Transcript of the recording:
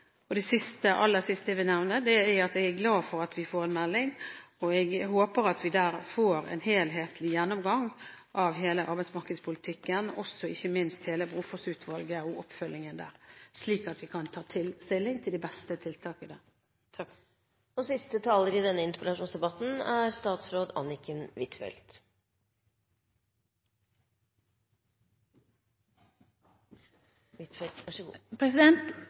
Det aller siste jeg vil nevne, er at jeg er glad for at vi får en melding, og jeg håper at vi der får en helhetlig gjennomgang av hele arbeidsmarkedspolitikken, og ikke minst også hele Brofoss-utvalget og oppfølgingen der, slik at vi kan ta stilling til de beste tiltakene. Jeg vil takke interpellanten for en veldig god